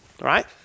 Right